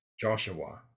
Joshua